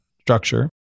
structure